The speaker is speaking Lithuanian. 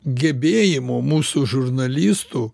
gebėjimo mūsų žurnalistų